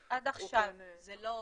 אז עד עכשיו זה לא